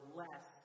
less